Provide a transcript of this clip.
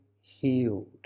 healed